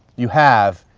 you have,